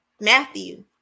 Matthew